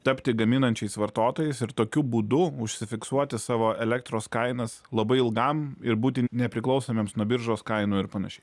tapti gaminančiais vartotojais ir tokiu būdu užsifiksuoti savo elektros kainas labai ilgam ir būti nepriklausomiems nuo biržos kainų ir panašiai